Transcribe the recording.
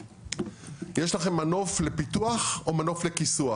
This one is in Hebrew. יש לכם מנוף לפיתוח או מנוף לכיסוח,